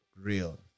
real